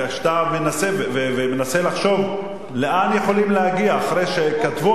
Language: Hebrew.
ואתה מנסה לחשוב לאן יכולים להגיע אחרי שכתבו